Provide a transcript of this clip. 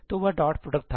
तो वह dot product था